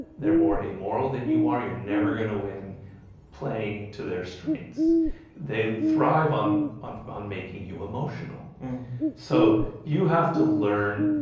they're more amoral than you are. you're never gonna win playing to their strengths they thrive on on on making you emotional so you have to learn?